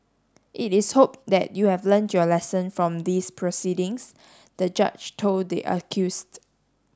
it is hoped that you have learnt your lesson from these proceedings the judge told the accused